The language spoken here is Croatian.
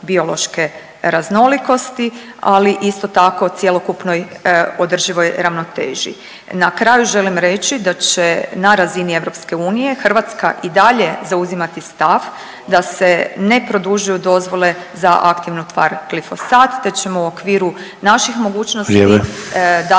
biološke raznolikosti, ali isto tako i cjelokupnoj održivoj ravnoteži. Na kraju želim reći da će na razini EU Hrvatska i dalje zauzimati stav da se ne produžuju dozvole za aktivnu tvar glifosat, te ćemo u okviru naših mogućnosti…/Upadica